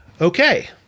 okay